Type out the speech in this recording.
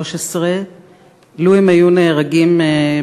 בשנת 2013. אילו הם היו נהרגים בפיגוע,